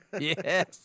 Yes